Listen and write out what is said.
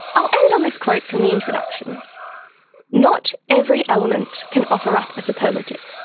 i'll end on this quote from the introduction not every element can offer up a superlative.